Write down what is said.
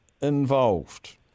involved